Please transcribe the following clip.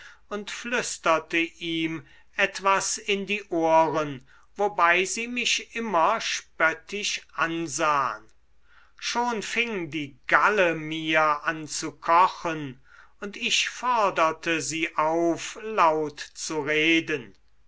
und flüsterte ihm etwas in die ohren wobei sie mich immer spöttisch ansahen schon fing die galle mir an zu kochen und ich forderte sie auf laut zu reden